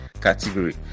category